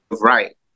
right